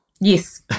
Yes